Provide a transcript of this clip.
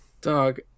Dog